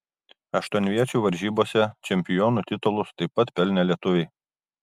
aštuonviečių varžybose čempionų titulus taip pat pelnė lietuviai